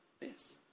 Yes